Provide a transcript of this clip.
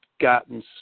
gotten